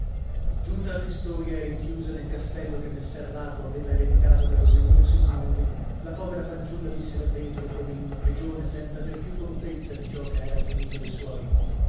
giunta a pistoia e rinchiusa nel castello che messer lapo aveva ereditato da rosellino sismondi la povera fanciulla visse là dentro come in una prigione senza aver più contezza di ciò che era avvenuto de suoi